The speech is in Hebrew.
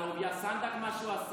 על אהוביה סנדק, מה שהוא עשה?